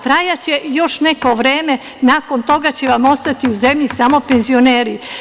Trajaće još neko vreme, nakon toga će vam ostati u zemlji samo penzioneri.